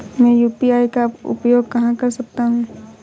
मैं यू.पी.आई का उपयोग कहां कर सकता हूं?